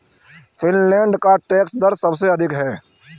Finland का टैक्स दर सबसे अधिक है